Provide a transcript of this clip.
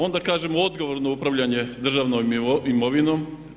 Onda kažemo odgovorno upravljanje državnom imovinom.